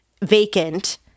vacant